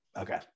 Okay